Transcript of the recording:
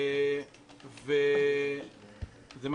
אגב,